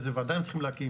איזה ועדה הם צריכים להקים,